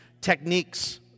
techniques